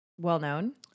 well-known